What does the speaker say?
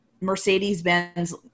mercedes-benz